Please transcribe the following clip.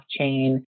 blockchain